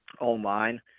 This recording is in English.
online